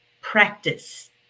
practice